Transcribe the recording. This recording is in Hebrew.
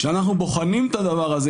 כשאנחנו בוחנים את הדבר הזה,